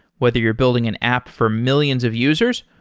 whether you're building an app for millions of users,